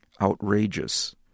outrageous